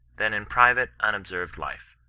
than in private imobserved life.